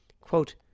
quote